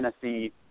Tennessee